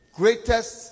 greatest